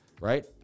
right